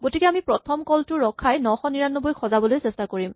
গতিকে আমি প্ৰথম কল টো ৰখাই ৯৯৯ ক সজাবলৈ চেষ্টা কৰিম